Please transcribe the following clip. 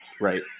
right